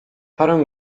parę